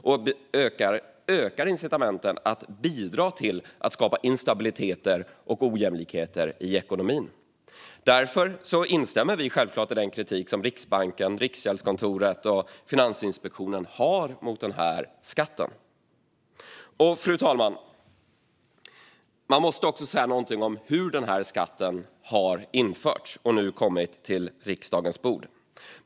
I stället ökar incitamenten att skapa instabilitet och ojämlikheter i ekonomin. Därför instämmer vi självklart i Riksbankens, Riksgäldens och Finansinspektionens kritik mot den här skatten. Fru ålderspresident! Man måste också säga någonting om hur skatten har införts och nu kommit till riksdagens bord.